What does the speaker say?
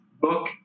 book